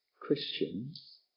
Christians